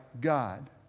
God